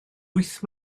wyth